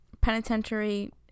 penitentiary